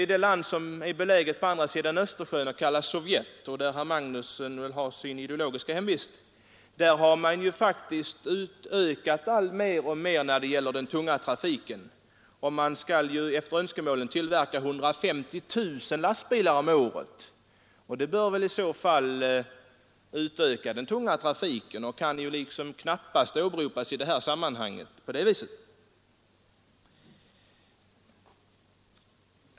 I det land som är beläget på andra sidan Östersjön och kallas Sovjet, där herr Magnusson har sin ideologiska hemvist, har man faktiskt alltmer utökat den tunga trafiken. Efter önskemålen skall man tillverka 150 000 lastbilar om året. Det bör väl komma att öka den tunga trafiken, och det kan knappast åberopas av herr Magnusson i detta sammanhang.